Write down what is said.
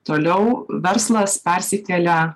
toliau verslas persikelia